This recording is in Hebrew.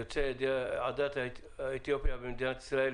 שיוצאי העדה האתיופית במדינת ישראל